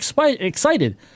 excited